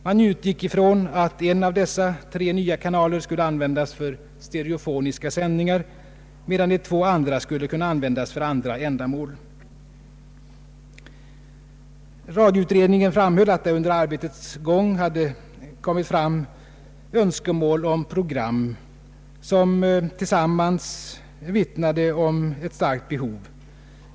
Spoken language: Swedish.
Man utgick ifrån att en av dessa kanaler skulle användas för stereofoniska sändningar, medan de två övriga skulle kunna användas för andra ändamål. Radioutredningen framhöll att det under arbetets gång hade kommit fram önskemål om program som tillsammans vittnade om ett starkt behov.